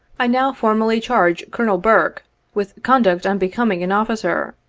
i now formally charge colonel burke with conduct unbecoming an officer,